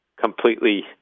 completely